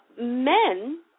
men